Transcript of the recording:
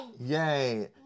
Yay